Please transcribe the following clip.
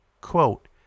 Quote